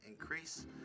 increase